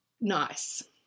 nice